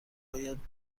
باید